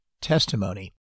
testimony